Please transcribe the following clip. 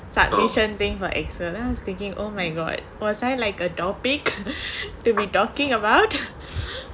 submission thing for Acer I was thinking oh my god was I like adult beak to be talking about